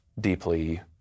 deeply